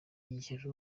igihe